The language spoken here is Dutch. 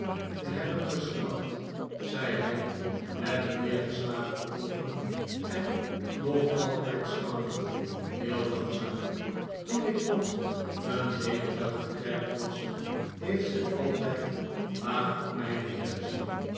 te hebben geschrapt zei hij met neergeslagen oogen en nog altijd schr append heel langzaam toen ik nog een nederige klerk was heeft zij altijd laag op mij